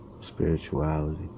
spirituality